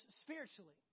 spiritually